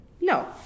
No